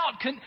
out